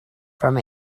from